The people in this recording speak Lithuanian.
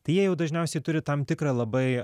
tai jie jau dažniausiai turi tam tikrą labai